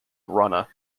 rana